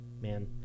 man